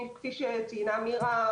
כפי שציינה מירה,